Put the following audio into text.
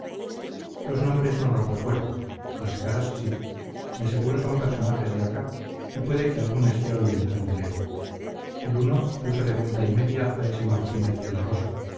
los nombres no los recuerdo las caras sí de seguro son personajes de acá y puede que alguno esté hoy en candelero el uno puso de vuelta y media a ese martínez de la rosa